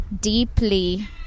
deeply